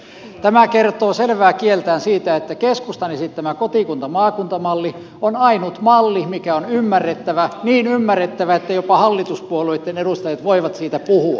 tämä kertoo selvää kieltään siitä että keskustan esittämä kotikuntamaakunta malli on ainut malli mikä on ymmärrettävä niin ymmärrettävä että jopa hallituspuolueitten edustajat voivat siitä puhua